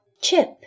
Chip